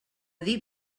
dir